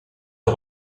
des